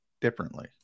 differently